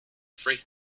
freight